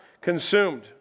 consumed